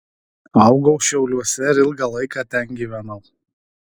augau šiauliuose ir ilgą laiką ten gyvenau